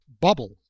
bubble